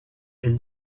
est